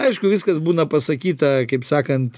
aišku viskas būna pasakyta kaip sakant